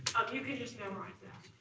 you could just memorize that.